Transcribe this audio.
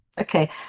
Okay